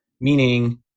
meaning